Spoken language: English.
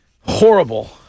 horrible